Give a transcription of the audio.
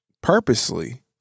purposely